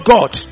God